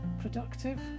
productive